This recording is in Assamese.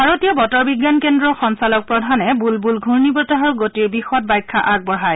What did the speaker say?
ভাৰতীয় বতৰ বিজ্ঞান কেন্দ্ৰৰ সঞ্চালক প্ৰধানে বুলবুল ঘূৰ্ণী বতাহৰ গতিৰ বিশদ ব্যাখ্যাও আগবঢ়ায়